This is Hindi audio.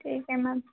ठीक है मैम